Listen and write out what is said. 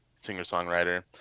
singer-songwriter